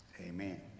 Amen